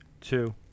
two